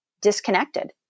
disconnected